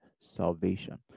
salvation